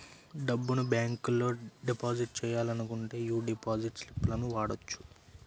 డబ్బును బ్యేంకులో డిపాజిట్ చెయ్యాలనుకుంటే యీ డిపాజిట్ స్లిపులను వాడొచ్చు